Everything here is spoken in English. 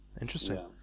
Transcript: Interesting